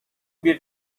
bir